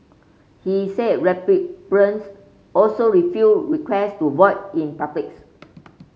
he said also refused request to vote in publics